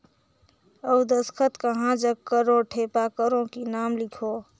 अउ दस्खत कहा जग करो ठेपा करो कि नाम लिखो?